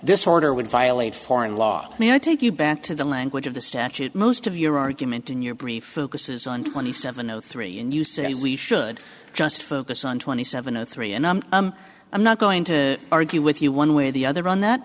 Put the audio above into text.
this order would violate foreign law may i take you back to the language of the statute most of your argument in your brief focuses on twenty seven zero three and you say we should just focus on twenty seven and three and i'm not going to argue with you one way or the other on that